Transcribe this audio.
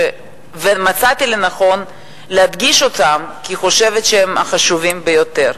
ומצאתי לנכון להדגיש אותם כי אני חושבת שהם החשובים ביותר.